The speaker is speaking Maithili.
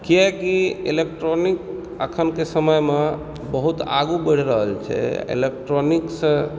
किआकि इलेक्ट्रॉनिक अखनके समयमऽ बहुत आगू बढ़ि रहल छै इलेक्ट्रॉनिकसँ